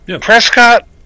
Prescott